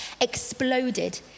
exploded